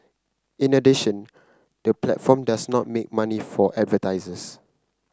in addition the platform does not make money from advertisers